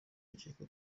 bakeka